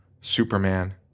Superman